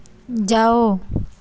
जाओ